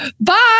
bye